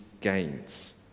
gains